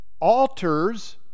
altars